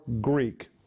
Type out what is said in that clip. Greek